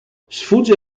sfugge